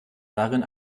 darin